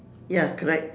ya correct